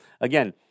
again